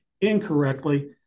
incorrectly